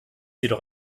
jedoch